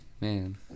Man